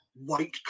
white